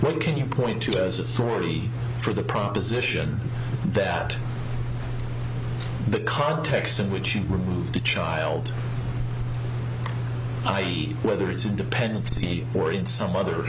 what can you point to as authority for the proposition that the context in which you removed the child i e whether it's a dependency or in some other